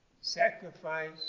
sacrifice